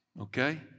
Okay